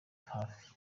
hafi